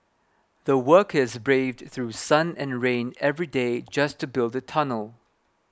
the workers braved through sun and rain every day just to build the tunnel